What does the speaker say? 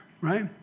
right